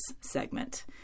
segment